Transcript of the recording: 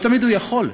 לא תמיד הוא יכול.